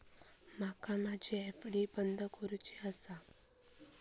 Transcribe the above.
माका माझी एफ.डी बंद करुची आसा